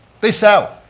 they sell,